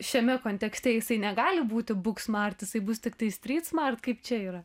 šiame kontekste jisai negali būti buksmart jisai bus tiktai strytsmart kaip čia yra